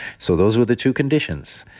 so those were the two conditions.